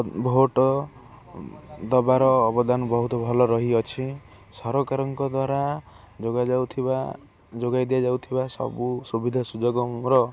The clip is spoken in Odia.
ଭୋଟ୍ ଦେବାର ଅବଦାନ ବହୁତ ଭଲ ରହିଅଛି ସରକାରଙ୍କ ଦ୍ୱାରା ଯୋଗାଯାଉଥିବା ଯୋଗେଇ ଦିଆଯାଉଥିବା ସବୁ ସୁବିଧା ସୁଯୋଗର